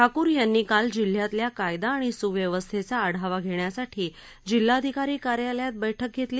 ठाकूर यांनी काल जिल्ह्यातल्या कायदा आणि सुव्यवस्थेचा आढावा घेण्यासाठी जिल्हाधिकारी कार्यालयात बस्कि घेतली